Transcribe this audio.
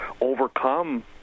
overcome